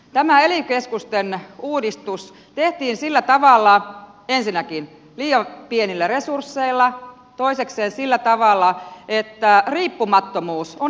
tämä ely keskusten uudistus tehtiin ensinnäkin liian pienillä resursseilla toisekseen sillä tavalla että riippumattomuus on vaarantunut